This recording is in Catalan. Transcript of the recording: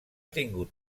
tingut